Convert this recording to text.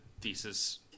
thesis